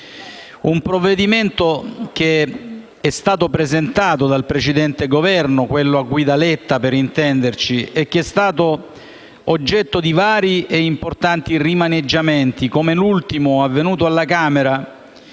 Un provvedimento che è stato presentato dal precedente Governo (quello a guida Letta, per intenderci) e che è stato oggetto di vari e importanti rimaneggiamenti, come l'ultimo avvenuto alla Camera,